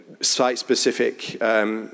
site-specific